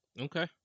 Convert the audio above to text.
okay